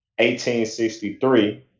1863